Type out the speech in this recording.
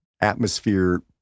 atmosphere